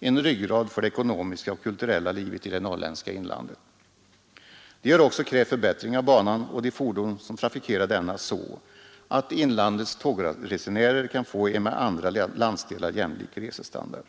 en ryggrad för det ekonomiska och kulturella livet i det norrländska inlandet. Man har också krävt förbättring av banan och de fordon som trafikerar denna så att inlandets tågresenärer kan få en resestandard, jämlik den som erbjuds i andra landsdelar.